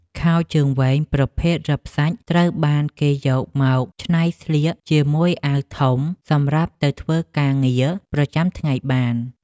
ខោជើងវែងប្រភេទរឹបសាច់ត្រូវបានគេយកមកច្នៃស្លៀកជាមួយអាវធំសម្រាប់ទៅធ្វើការងារប្រចាំថ្ងៃបាន។